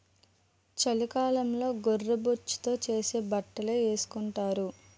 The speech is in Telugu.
చలికాలంలో గొర్రె బొచ్చుతో చేసే బట్టలే ఏసుకొంటారు